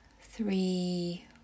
three